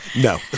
No